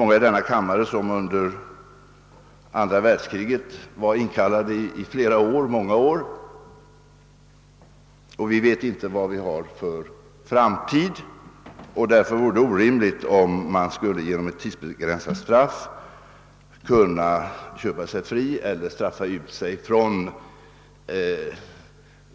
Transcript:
Många ledamöter av denna kammare låg inkallade flera år under andra världskriget, och vi vet inte hurudan framtiden blir. Då vore det orimligt att ge dessa totalvägrare ett tidsbegränsat straff, så att de kunde straffa ut sig från